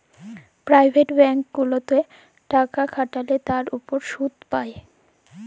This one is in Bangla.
পেরাইভেট ব্যাংক গুলাতে টাকা খাটাল্যে তার উপর শুধ পাই